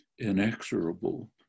inexorable